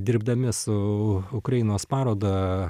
dirbdami su ukrainos paroda